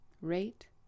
rate